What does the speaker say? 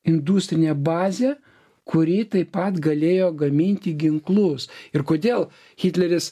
industrinė bazė kuro taip pat galėjo gaminti ginklus ir kodėl hitleris